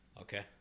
Okay